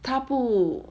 他不